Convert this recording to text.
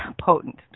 potent